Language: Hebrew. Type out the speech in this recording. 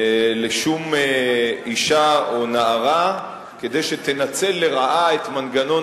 לשום אשה או נערה לנצל לרעה את מנגנון